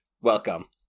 welcome